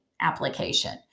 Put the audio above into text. application